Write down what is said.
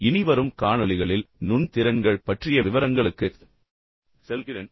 இனி வரும் காணொளிகளில் நுண் திறன்கள் பற்றிய விவரங்களுக்குச் செல்கிறேன்